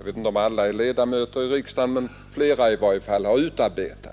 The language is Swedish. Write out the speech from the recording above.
av vilka flera är ledamöter av riksdagen — har gjort.